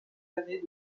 années